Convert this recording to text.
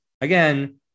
again